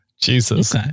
Jesus